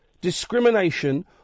discrimination